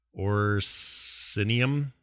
Orsinium